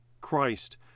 Christ